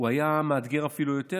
היה מאתגר אפילו יותר,